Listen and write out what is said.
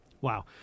Wow